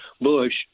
bush